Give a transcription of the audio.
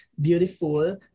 beautiful